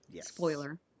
spoiler